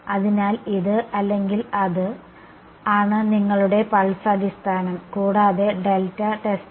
അതിനാൽ ഇത് അല്ലെങ്കിൽ അത് ആനി നിങ്ങളുടെ പൾസ് അടിസ്ഥാനം കൂടാതെ ഡെൽറ്റ ടെസ്റ്റിംഗ്